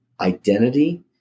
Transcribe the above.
identity